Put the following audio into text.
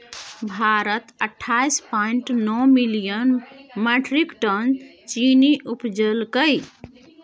भारत अट्ठाइस पॉइंट नो million metric ton चीन्नी उपजेलकै